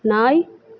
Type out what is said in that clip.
நாய்